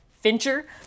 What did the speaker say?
Fincher